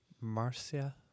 marcia